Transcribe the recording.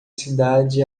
cidade